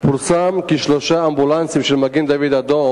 פורסם כי שלושה אמבולנסים של מגן-דוד-אדום